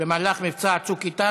במבצע "צוק איתן",